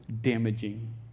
damaging